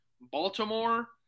Baltimore